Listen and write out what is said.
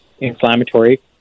inflammatory